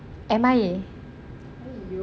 M-I-A